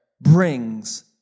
brings